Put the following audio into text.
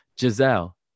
Giselle